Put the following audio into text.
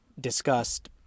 discussed